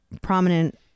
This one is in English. prominent